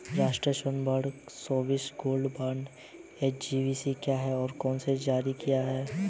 राष्ट्रिक स्वर्ण bond sovereign gold bond SGB क्या है और इसे कौन जारी करता है?